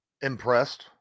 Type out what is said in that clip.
impressed